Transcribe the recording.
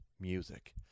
music